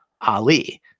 Ali